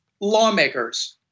lawmakers